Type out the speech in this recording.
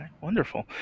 Wonderful